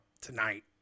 tonight